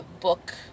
book